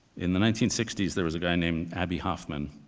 in the nineteen sixty s, there was a guy named abbie hoffman,